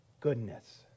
goodness